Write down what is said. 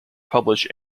published